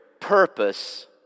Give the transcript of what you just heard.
purpose